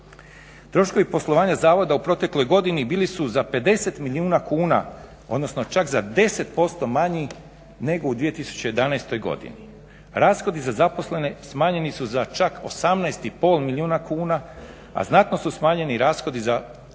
Troškovi poslovanja zavoda u protekloj godini bili su za 50 milijuna kuna odnosno čak za 10% manji nego u 2011.godini. rashodi za zaposlene smanjeni su za čak 18,5 milijuna kuna a znatno su smanjeni rashodi za